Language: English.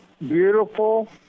beautiful